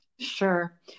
Sure